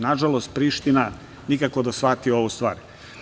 Nažalost, Priština nikako da shvati ovu stvar.